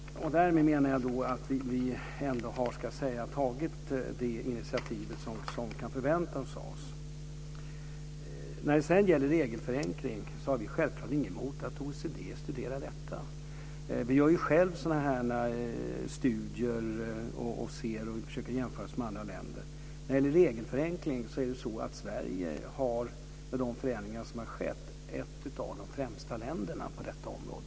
Därmed menar jag att vi ändå har tagit de initiativ som kan förväntas av oss. Regelförenklingsarbetet har vi självklart ingenting emot att OECD studerar. Vi gör själva sådana studier och försöker jämföra oss med andra länder. Sverige är med de förändringar som har skett ett av de främsta länderna på detta område.